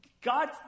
God